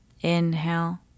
inhale